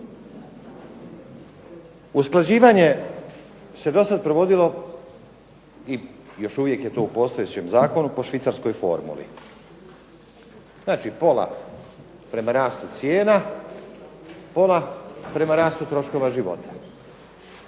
Usklađivanje se dosad provodilo i još uvijek je to u postojećem zakonu, po švicarskoj formuli. Znači pola prema rastu cijena, pola prema rastu troškova života.